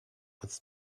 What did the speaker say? with